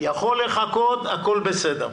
יכול לחכות, הכול בסדר.